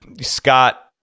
Scott